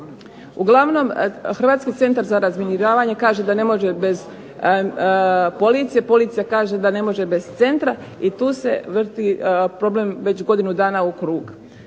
Uglavnom, Hrvatski centar za razminiravanje kaže da ne može bez policije, policija kaže da ne može bez centra i tu se vrti problem već godinu dana u krug.